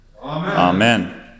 Amen